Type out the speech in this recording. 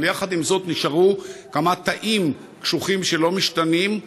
אבל יחד עם זאת נשארו כמה תאים קשוחים שלא משתנים,